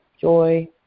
joy